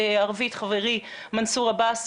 חברי מנסור עבאס,